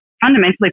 fundamentally